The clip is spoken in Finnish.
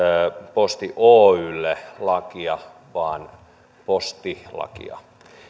posti oylle lakia vaan postilakia